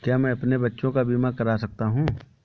क्या मैं अपने बच्चों का बीमा करा सकता हूँ?